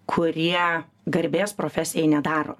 kurie garbės profesijai nedaro